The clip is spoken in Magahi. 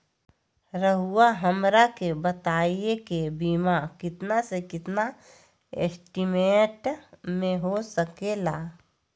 रहुआ हमरा के बताइए के बीमा कितना से कितना एस्टीमेट में हो सके ला?